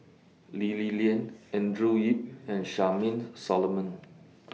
Lee Li Lian Andrew Yip and Charmaine Solomon